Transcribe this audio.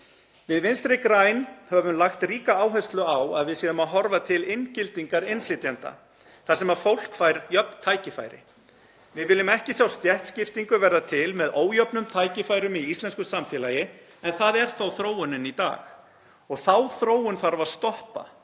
Við Vinstri græn höfum lagt ríka áherslu á að við séum að horfa til inngildingar innflytjenda þar sem fólk fær jöfn tækifæri. Við viljum ekki sjá stéttskiptingu verða til með ójöfnum tækifærum í íslensku samfélagi en það er þó þróunin í dag og þá þróun þarf að stoppa.